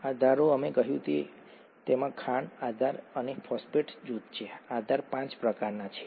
આધારો અમે કહ્યું કે તેમાં ખાંડ આધાર અને ફોસ્ફેટ જૂથ છે આધાર પાંચ પ્રકારના છે